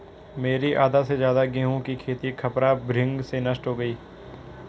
मेरी आधा से ज्यादा गेहूं की खेती खपरा भृंग से नष्ट हो गई